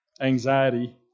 anxiety